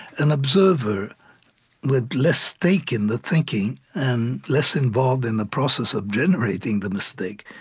an observer with less stake in the thinking and less involved in the process of generating the mistake